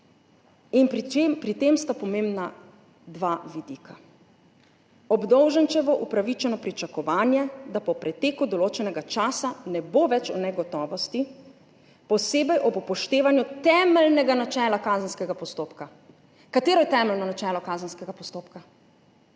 In pri tem sta pomembna dva vidika. Obdolženčevo upravičeno pričakovanje, da po preteku določenega časa ne bo več v negotovosti, posebej ob upoštevanju temeljnega načela kazenskega postopka. Katero je temeljno načelo kazenskega postopka?